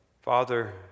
Father